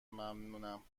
ممنونم